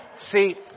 See